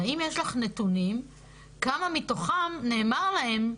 האם יש לך נתונים כמה מתוכן, נאמר להן,